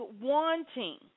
wanting